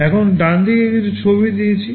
এখন ডানদিকে কিছু ছবি দিয়েছি